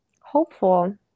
hopeful